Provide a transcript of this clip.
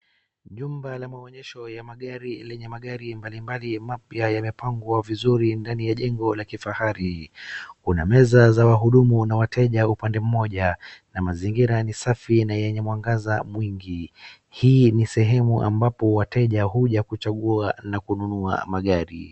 Jumba la maonyesho ya magari lenye magari mbalimbali mapya yamepangwa vizuri ndani ya jengo kifahari. Kuna meza za wahudumu na wateja upande mmoja na mazingira ni safi na yenye mwangaza mwingi. Hii ni sehemu ambapo wateja huja kuchagua na kununua magari.